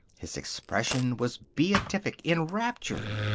his expression was beatific, enraptured.